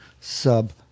Sub